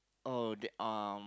oh that uh